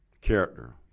Character